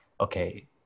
okay